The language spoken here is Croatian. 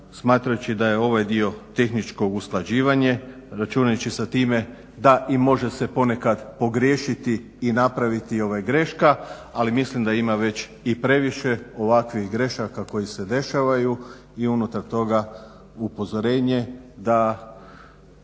smatrajući da je ovaj dio tehničko usklađivanje računajući sa time da i može se ponekad pogriješiti i napraviti greška, ali mislim da ima već i previše ovakvih grešaka koje se dešavaju i unutar toga upozorenje da